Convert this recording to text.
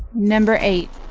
number eight.